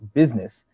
business